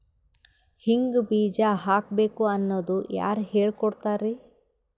ಹಿಂಗ್ ಬೀಜ ಹಾಕ್ಬೇಕು ಅನ್ನೋದು ಯಾರ್ ಹೇಳ್ಕೊಡ್ತಾರಿ?